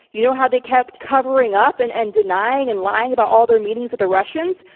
you know how they kept covering up and and denying and lying about all their meetings with the russians?